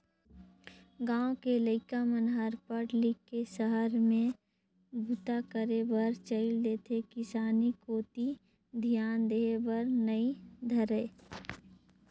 गाँव के लइका मन हर पढ़ लिख के सहर में बूता करे बर चइल देथे किसानी कोती धियान देय बर नइ धरय